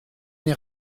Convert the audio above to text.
n’ai